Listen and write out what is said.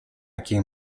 quien